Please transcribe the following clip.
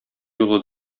юлы